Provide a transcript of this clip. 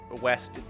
West